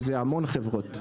ומדובר בהמון חברות.